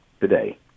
today